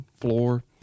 floor